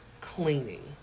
cleaning